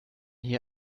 hier